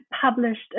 published